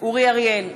אורי אריאל,